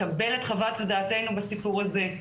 לקבל את חוות דעתנו בסיפור הזה.